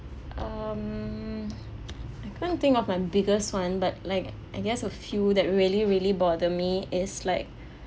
um I can't think of my biggest [one] but like I guess a few that really really bother me is like